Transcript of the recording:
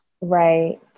Right